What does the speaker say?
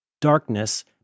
darkness